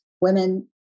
women